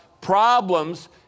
problems